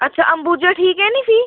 अच्छा अंबुजा ठीक ऐ निं फ्ही